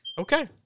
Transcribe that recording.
okay